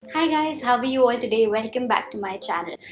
hi, guys, how are you ah today? welcome back to my channel.